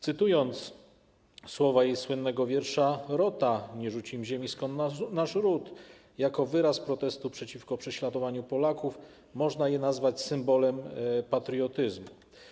Cytując słowa jej słynnego wiersza „Rota”: „Nie rzucim ziemi, skąd nasz ród” jako wyraz protestu przeciwko prześladowaniu Polaków, można je nazwać symbolem patriotyzmu.